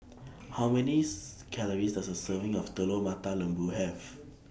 How Many Calories Does A Serving of Telur Mata Lembu Have